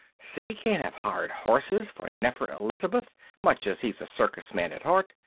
skiddy can't have hired horses for nefer-elizabeth much as he's a circus man at heart.